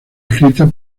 escrita